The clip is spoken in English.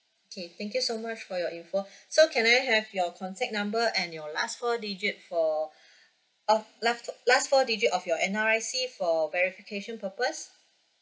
okay thank you so much for your info so can I have your contact number and your last four digit for uh last uh last four digit of your N_R_I_C for verification purpose